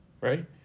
right